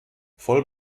voll